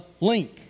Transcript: link